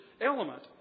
element